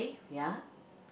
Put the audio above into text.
ya